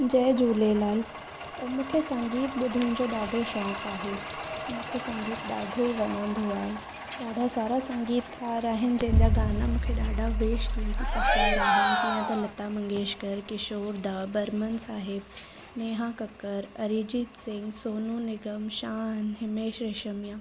जय झूलेलाल मूंखे संगीत ॿुधण जो ॾाढो शौंक़ु आहे मूंखे संगीत ॾाढो वणंदो आहे ॾाढा सारा संगीतकार आहिनि जंहिंजा गाना मूंखे ॾाढा बेस्ट पसंदि आहिनि जीअं त लता मंगेशकर किशोर दा बर्मन साहिबु नेहा कक्कर अरीजीत सिंग सोनु निगम शान हिमेश रेशमिया